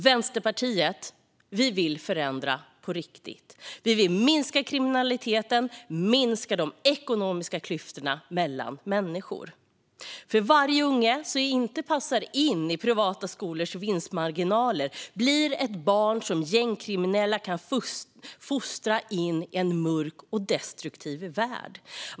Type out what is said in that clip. Vänsterpartiet vill förändra på riktigt. Vi vill minska kriminaliteten och minska de ekonomiska klyftorna mellan människor. Varje unge som inte passar in i privata skolors vinstmarginaler blir nämligen ett barn som gängkriminella kan fostra in i en mörk och destruktiv värld.